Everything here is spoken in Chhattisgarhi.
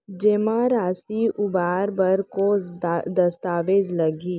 जेमा राशि उबार बर कोस दस्तावेज़ लागही?